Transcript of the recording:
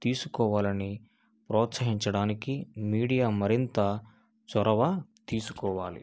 తీసుకోవాలని ప్రోత్సహించడానికి మీడియా మరింత చొరవ తీసుకోవాలి